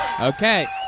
Okay